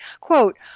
Quote